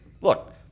look